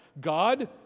God